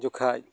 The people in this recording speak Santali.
ᱡᱚᱠᱷᱟᱱ